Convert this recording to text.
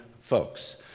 folks